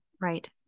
Right